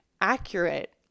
accurate